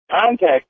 contact